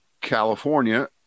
California